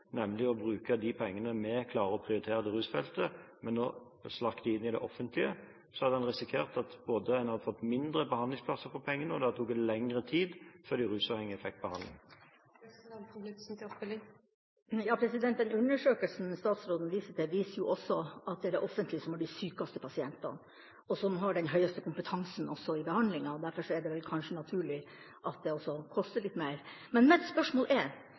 nemlig å bruke disse pengene innenfor det offentlige systemet, hadde vi risikert at vi hadde fått færre behandlingsplasser for pengene, og at det hadde tatt lengre tid før de rusavhengige fikk behandling. Den undersøkelsen statsråden viser til, viser jo også at det er det offentlige som har de sykeste pasientene, og som også har den høyeste kompetansen i behandlinga. Derfor er det kanskje naturlig at det også koster litt mer. Men mitt spørsmål er: